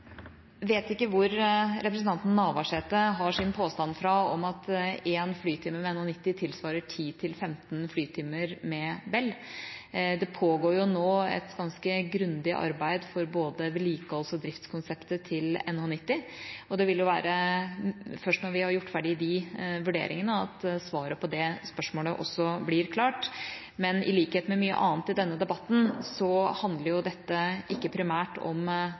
vet ikke hvor representanten Navarsete har sin påstand fra om at én flytime med NH90 tilsvarer 10–15 flytimer med Bell. Det pågår nå et ganske grundig arbeid for både vedlikeholds- og driftskonseptet til NH90, og det vil være først når vi har gjort ferdig de vurderingene, at svaret på det spørsmålet også blir klart. Men i likhet med mye annet i denne debatten handler dette ikke primært om